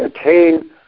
attain